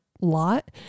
lot